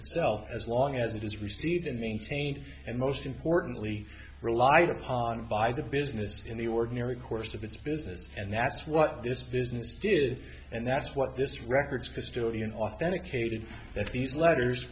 itself as long as it is received and maintained and most importantly relied upon by the business in the ordinary course of its business and that's what this business did and that's what this records historian authenticated that these letters